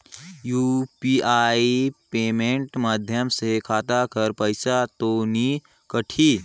UPI payment माध्यम से खाता कर पइसा तो नी कटही?